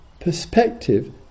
perspective